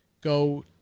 go